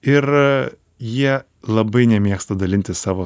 ir jie labai nemėgsta dalintis savo